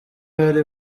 hari